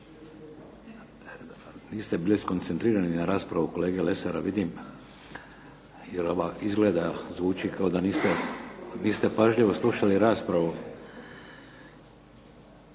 Niste bili skoncentrirani na raspravu kolege Lesara vidim jer ova izgleda zvuči kao da niste pažljivo slušali raspravu.